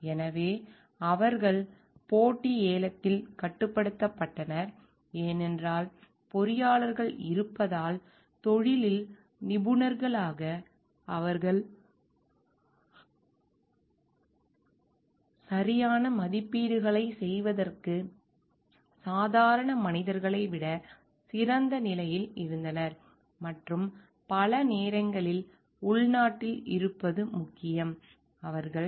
எனவே அவர்கள் போட்டி ஏலத்தில் கட்டுப்படுத்தப்பட்டனர் ஏனென்றால் பொறியாளர்கள் இருப்பதால் தொழிலில் நிபுணர்களாக அவர்கள் சரியான மதிப்பீடுகளைச் செய்வதற்கு சாதாரண மனிதர்களை விட சிறந்த நிலையில் இருந்தனர் மற்றும் பல நேரங்களில் உள்நாட்டில் இருப்பது முக்கியம்